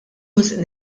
wisq